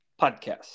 podcast